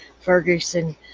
Ferguson